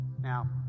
Now